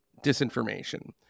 disinformation